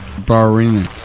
Barina